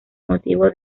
motivo